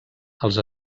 els